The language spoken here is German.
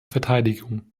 verteidigung